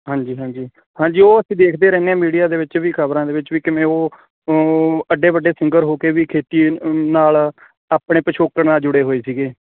ਹਾਂਜੀ ਹਾਂਜੀ ਹਾਂਜੀ ਉਹ ਅਸੀਂ ਦੇਖਦੇ ਰਹਿੰਦੇ ਹਾਂ ਮੀਡੀਆ ਦੇ ਵਿੱਚ ਵੀ ਖ਼ਬਰਾਂ ਦੇ ਵਿੱਚ ਵੀ ਕਿਵੇਂ ਉਹ ਅੱਡੇ ਵੱਡੇ ਸਿੰਗਰ ਹੋ ਕੇ ਵੀ ਖੇਤੀ ਨਾਲ ਆਪਣੇ ਪਿਛੋਕੜ ਨਾਲ ਜੁੜੇ ਹੋਏ ਸੀਗੇ